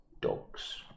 dogs